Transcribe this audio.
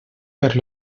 fer